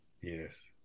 yes